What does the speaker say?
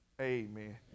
amen